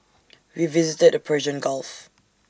we visited the Persian gulf